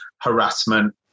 harassment